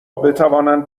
بتوانند